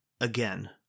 Again